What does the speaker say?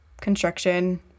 construction